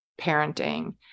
parenting